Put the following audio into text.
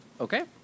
Okay